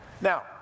Now